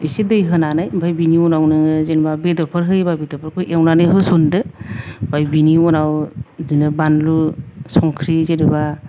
एसे दै होनानै ओमफ्राय बेनि उनाव नोङो जेनबा बेदरफोर होयोबा बेदरफोरखौ एवनानै होसनदो ओमफ्राय बेनि उनाव बिदिनो बानलु संख्रि जेनेबा